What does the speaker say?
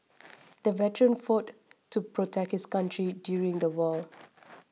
the veteran fought to protect his country during the war